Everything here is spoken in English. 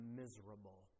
miserable